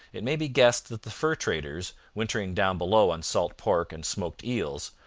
it may be guessed that the fur traders, wintering down below on salt pork and smoked eels,